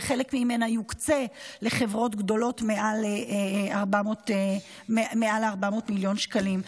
וחלק ממנה יוקצה לחברות גדולות מעל 400 מיליון שקלים.